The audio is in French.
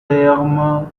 ferme